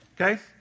okay